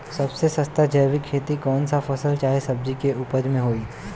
सबसे सस्ता जैविक खेती कौन सा फसल चाहे सब्जी के उपज मे होई?